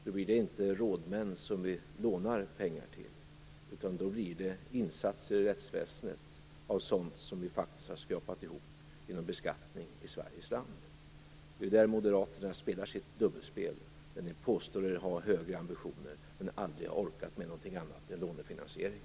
Då blir det inte rådmän som vi lånar pengar till, utan då blir det insatser i rättsväsendet av sådant som vi faktiskt har skrapat ihop genom beskattning i Sveriges land. Det är i detta sammanhang som moderaterna spelar sitt dubbelspel. Ni påstår att ni har högre ambitioner men har aldrig orkat med någonting annat än lånefinansiering.